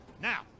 now